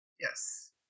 Yes